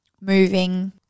moving